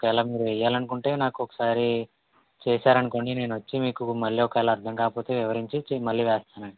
ఒకవేళ మీరు వెయ్యాలని అనుకుంటే నాకు ఒకసారి చేశారనుకోండి నేను వచ్చి మీకు మళ్ళీ ఒక వేళ్ళ అర్ధం కాకపోతే వివరించి మళ్ళీ వేస్తానండీ